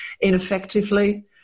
ineffectively